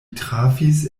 trafis